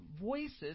voices